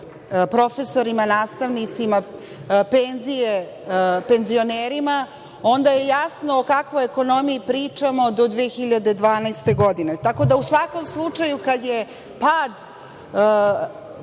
profesorima, nastavnicima, penzije penzionerima, onda je jasno o kakvoj ekonomiji pričamo do 2012. godine, tako da u svakom slučaju kada je pad